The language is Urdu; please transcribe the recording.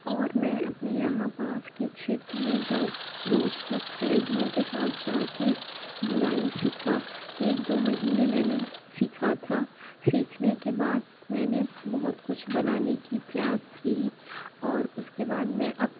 اور میں اپنے یہاں پاس کے چھیتر میں جا دوستوں سہیلیوں کے ساتھ جا کے بنائی سیکھا ایک دو مہینے میں نے سیکھا تھا سیکھنے کے بعد میں نے بہت کچھ بنانے کی پریاس کی اور اس کے بعد میں اب